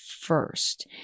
first